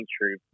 true